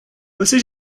você